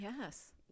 Yes